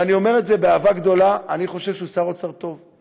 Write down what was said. ואני אומר את זה באהבה גדולה: אני חושב שהוא שר אוצר טוב.